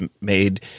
made